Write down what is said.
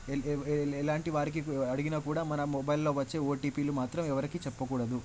ఎలాంటి వారికి అడిగిన కూడా మన మొబైల్లో వచ్చే ఓటీపీలు మాత్రం ఎవరికీ చెప్పకూడదు